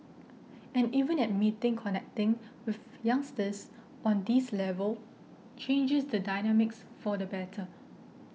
and even admitting connecting with youngsters on this level changes the dynamics for the better